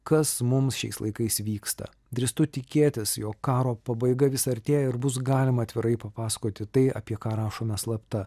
kas mums šiais laikais vyksta drįstu tikėtis jog karo pabaiga vis artėja ir bus galima atvirai papasakoti tai apie ką rašome slapta